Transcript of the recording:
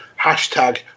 hashtag